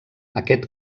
aquest